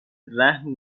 رهن